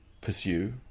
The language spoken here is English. Pursue